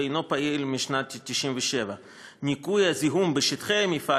ואינו פעיל משנת 1997. ניקוי הזיהום בשטחי המפעל